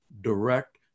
direct